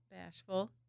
bashful